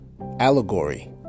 Allegory